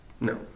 No